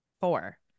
four